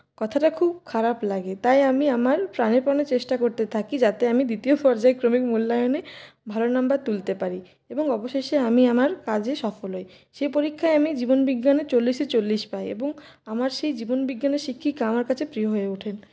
কথাটা খুব খারাপ লাগে তাই আমি আমার প্রাণপণে চেষ্টা করতে থাকি যাতে আমি দ্বিতীয় পর্যায়ক্রমিক মূল্যায়নে ভালো নম্বর তুলতে পারি এবং অবশেষে আমি আমার কাজে সফল হই সেই পরীক্ষায় আমি জীবনবিজ্ঞানে চল্লিশে চল্লিশ পাই এবং আমার সেই জীবনবিজ্ঞানের শিক্ষিকা আমার কাছে প্রিয় হয়ে ওঠেন